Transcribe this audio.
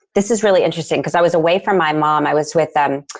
this is really interesting because i was away from my mom. i was with them.